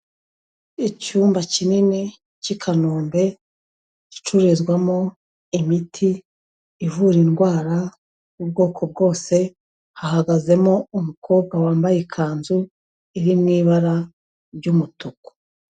Icyumba kinini cy'i Kanombe gicururizwamo imiti ivura indwara ubwoko bwose, hahagazemo umukobwa wambaye ikanzu iri mu ibara ry'umutuku.